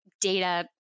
data